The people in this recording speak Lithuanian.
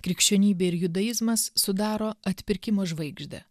krikščionybė ir judaizmas sudaro atpirkimo žvaigždę